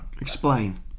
Explain